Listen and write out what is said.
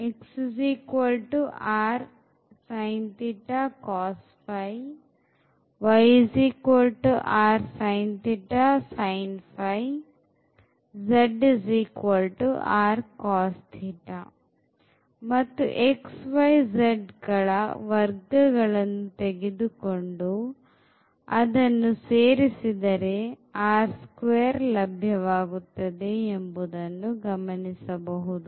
ಮತ್ತು xy z ಗಳ ವರ್ಗಗಳನ್ನು ತೆಗೆದುಕೊಂಡು ಅದನ್ನು ಸೇರಿಸಿದರೆ ಲಭ್ಯ ಲಭ್ಯವಾಗುತ್ತದೆ ಎಂಬದನ್ನು ಗಮನಿಸಬಹುದು